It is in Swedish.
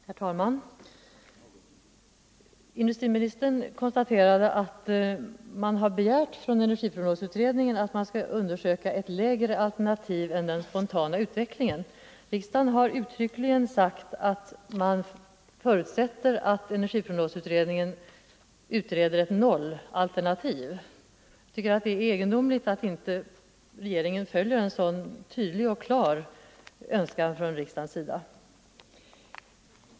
Herr talman! Industriministern påpekade att regeringen har begärt att energiprognosutredningen skall undersöka ett lägre alternativ än den spontana utvecklingens. Riksdagen har uttryckligen sagt att den förutsätter att energiprognosutredningen utreder ett nollalternativ. Jag tycker det är egendomligt att inte regeringen följer en så tydlig och klar önskan från riksdagen.